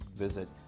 visit